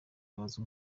bazwi